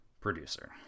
producer